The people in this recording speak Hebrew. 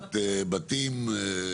מתחת לבתים.